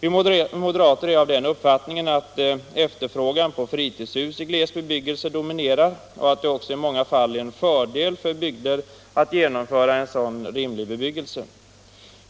Vi moderater är av den uppfattningen att efterfrågan på fritidshus i gles bebyggelse dominerar och att det också i många fall är en fördel för bygderna att genomföra en sådan rimlig bebyggelse.